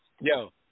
Yo